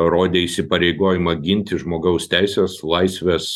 rodė įsipareigojimą ginti žmogaus teises laisves